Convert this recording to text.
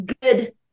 good